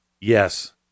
yes